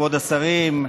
כבוד השרים,